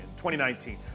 2019